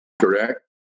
correct